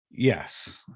Yes